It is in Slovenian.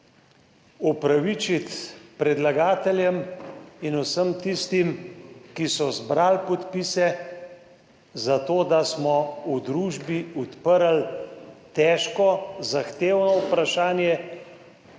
opravičiti se predlagateljem in vsem tistim, ki so zbrali podpise za to, da smo v družbi odprli težko, zahtevno vprašanje,